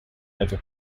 over